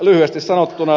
lyhyesti sanottuna